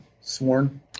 sworn